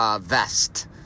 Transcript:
vest